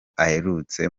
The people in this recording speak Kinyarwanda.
aherutse